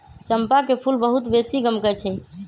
चंपा के फूल बहुत बेशी गमकै छइ